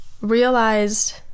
realized